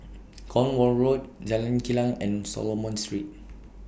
Cornwall Road Jalan Kilang and Solomon Street